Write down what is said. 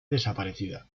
desaparecida